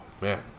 Man